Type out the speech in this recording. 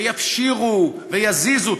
יפשירו ויזיזו,